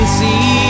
see